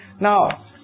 Now